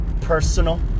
personal